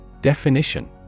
Definition